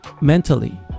mentally